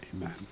Amen